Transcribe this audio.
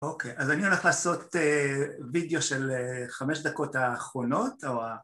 אוקיי, אז אני הולך לעשות וידאו של חמש דקות האחרונות, או ה...